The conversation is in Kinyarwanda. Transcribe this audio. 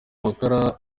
amakara